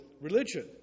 religion